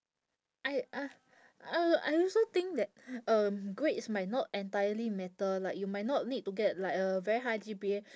I uh uh I also think that um grades might not entirely matter like you might not need to get like a very high G_P_A